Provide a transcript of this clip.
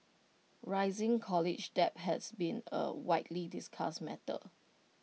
rising college debt has been A widely discussed matter